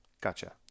Gotcha